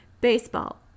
baseball